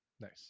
nice